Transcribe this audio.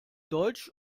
deutsch